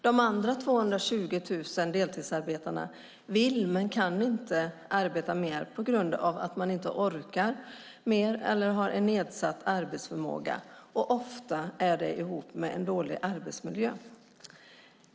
De andra 220 000 deltidsarbetarna vill men kan inte arbeta mer på grund av att man inte orkar mer eller har nedsatt arbetsförmåga, ofta ihop med dålig arbetsmiljö.